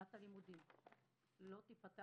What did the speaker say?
שנת הלימודים לא תיפתח